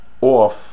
off